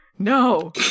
No